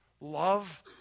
love